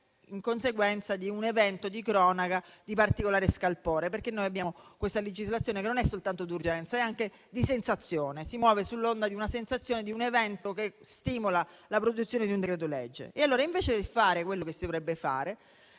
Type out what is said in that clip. in conseguenza di un evento di cronaca di particolare scalpore: abbiamo una legislazione che non è soltanto d'urgenza, ma è anche di sensazione, poiché si muove sull'onda di una sensazione, di un evento che stimola la produzione di un decreto-legge. Invece di fare quello che si dovrebbe fare,